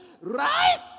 right